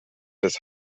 des